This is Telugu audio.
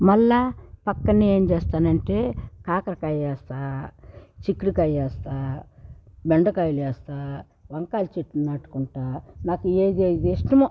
మళ్ళా పక్కన ఏం చేస్తానంటే కాకరకాయ వేస్తా చిక్కుడుకాయ వేస్తా బెండకాయలు వేస్తా వంకాయ చెట్లు నాటుకుంటా నాకు ఏయేవి ఇష్టమో